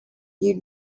you